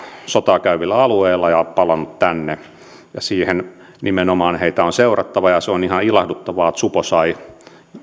sotaa käyvillä alueilla ja palanneet tänne heitä nimenomaan on seurattava ja se on ihan ilahduttavaa että supo sai